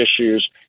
issues